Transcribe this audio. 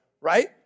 right